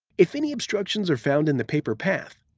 if any obstructions are found in the paper path,